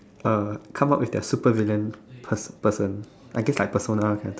uh come up with their supervillain pers~ person I guess like persona sia